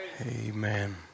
Amen